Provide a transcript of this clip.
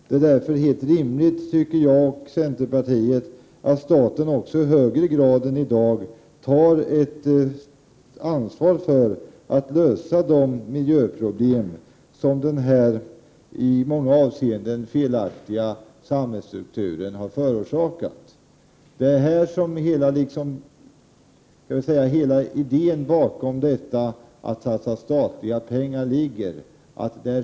Det är därför helt rimligt, tycker jag och centerpartiet, att staten också i högre grad än i dag tar ett ansvar för att lösa de miljöproblem som den i många avseenden felaktiga samhällsstrukturen har förorsakat. Det är här som hela idén bakom satsningen av statliga pengar ligger.